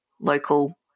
local